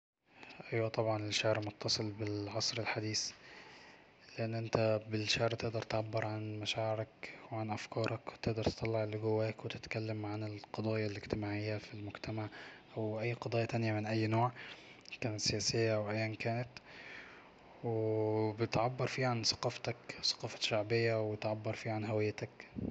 أيوة طبعا الشعر متصل بالعصر الحديث لأن انت بالشعر تقدر تعبر عن مشاعرك وعن افكارك وتقدر تطلع اللي جواك وتتكلم عن القضايا الاجتماعية في المجتمع واي قضايا تانية من اي نوع لو كانت سياسية أو ايا كانت وبتعبر فيها عن ثقافتك ثقافة شعبية وبتعبر فيها عن هويتك